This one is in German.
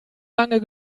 lange